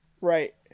Right